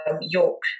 York